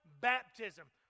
baptism